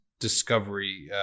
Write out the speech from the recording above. discovery